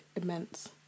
immense